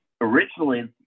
originally